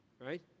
right